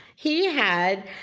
he had